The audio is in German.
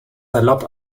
salopp